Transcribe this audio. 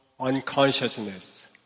unconsciousness